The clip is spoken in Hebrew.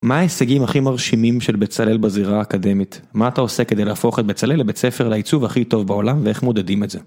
מה ההישגים הכי מרשימים של בצלאל בזירה האקדמית? מה אתה עושה כדי להפוך את בצלאל לבית ספר לעיצוב הכי טוב בעולם ואיך מודדים את זה?